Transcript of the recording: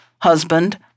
Husband